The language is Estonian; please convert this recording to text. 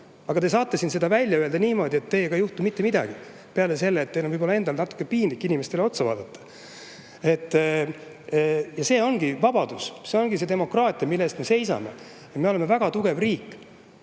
aga te saate seda siin välja öelda niimoodi, et teiega ei juhtu mitte midagi peale selle, et teil on võib-olla endal natuke piinlik inimestele otsa vaadata. Ja see ongi vabadus, see ongi demokraatia, mille eest me seisame. Me oleme väga tugev riik,